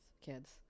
kids